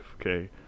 okay